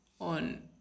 on